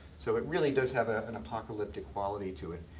so it really does have have an apocalyptic quality to it.